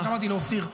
כמו שאמרתי לאופיר,